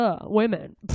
women